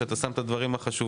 שאתה שם את הדברים החשובים,